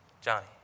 Johnny